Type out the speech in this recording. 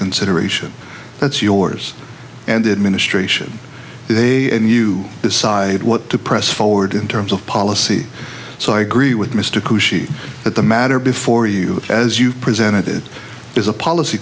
consideration that's yours and the administration today and you decide what to press forward in terms of policy so i agree with mr khushi that the matter before you as you presented it is a policy